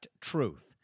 Truth